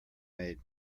made